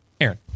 Aaron